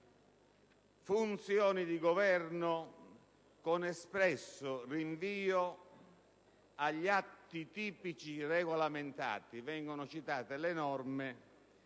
funzioni di governo con espresso rinvio agli atti tipici regolamentati - vengono citate le norme